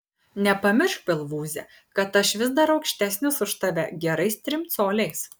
nepamiršk pilvūze kad aš vis dar aukštesnis už tave gerais trim coliais